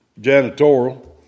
janitorial